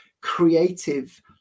creative